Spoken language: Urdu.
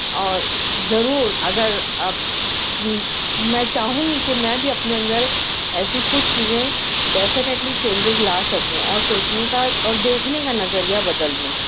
اور ضرور اگر اب میں چاہوں گی کہ میں بھی اپنے اندر ایسی کچھ چیزیں ڈیفینیٹلی چینجز لا سکوں اور سوچنے کا اور دیکھنے کا نظریہ بدل لوں